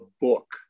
book